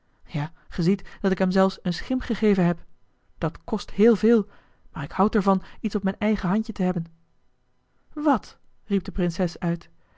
ja ge ziet dat ik hem zelfs een schim gegeven heb dat kost heel veel maar ik houd er van iets op mijn eigen handje te hebben wat riep de prinses uit